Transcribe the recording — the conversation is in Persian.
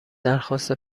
درخواست